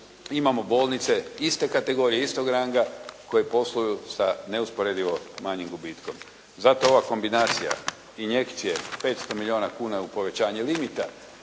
imamo bolnice iste kategorije, istog ranga koje posluju sa usporedivo manjim gubitkom. Zato ova kombinacija injekcije 500 milijuna kuna u povećanje limita